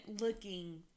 looking